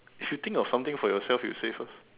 if you think of something for yourself you say first